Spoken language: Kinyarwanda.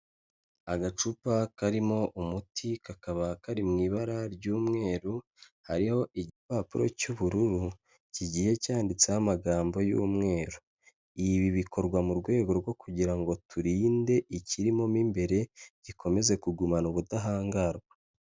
Agacupa karimo umuti kakaba kari mu ibara ry'umweru hariho igipapuro cy'ubururu kigiye cyanditseho amagambo y'umweru ibi bikorwa mu rwego rwo kugira ngo turinde ikirimo mo imbere gikomeze kugumana ubudahangarwa.